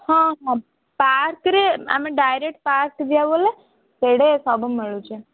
ହଁ ହଁ ପାର୍କରେ ଆମେ ଡାଇରେକ୍ଟ ପାର୍କ ଯିବା ବୋଲେ ସେଇଠି ସବୁ ମିଳୁଛି